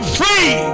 free